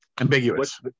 ambiguous